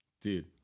Dude